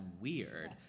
weird